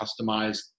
customized